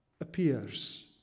Appears